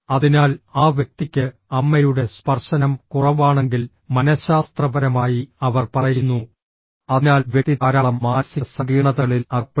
അതിനാൽ ആ വ്യക്തിക്ക് അമ്മയുടെ സ്പർശനം കുറവാണെങ്കിൽ മനഃശാസ്ത്രപരമായി അവർ പറയുന്നു അതിനാൽ വ്യക്തി ധാരാളം മാനസിക സങ്കീർണതകളിൽ അകപ്പെടുന്നു